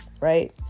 right